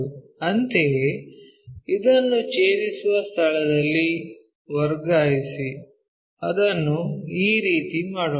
ಅಂತೆಯೇ ಇದನ್ನು ಛೇದಿಸುವ ಸ್ಥಳದಲ್ಲಿ ವರ್ಗಾಯಿಸಿ ಅದನ್ನು ಈ ರೀತಿ ಮಾಡೋಣ